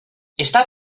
està